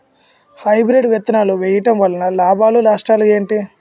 Hybrid విత్తనాలు వేయటం వలన లాభాలు నష్టాలు ఏంటి?